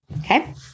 Okay